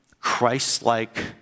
Christ-like